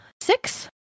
six